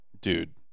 dude